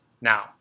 Now